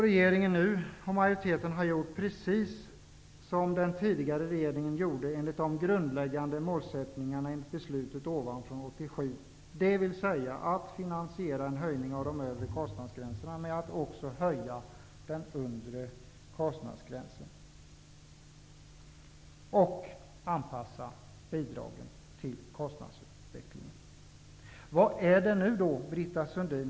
Regeringen och utskottsmajoriteten har gjort precis som den tidigare regeringen gjorde enligt de grundläggande målsättningarna inför beslutet 1987, dvs. en höjning av de övre kostnadsgränserna har finansierats med en höjning av den undre kostnadsgränsen, och bidragen har anpassats till kostnadsutvecklingen. Vad är det nu då som har hänt, Britta Sundin?